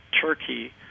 Turkey